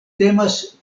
temas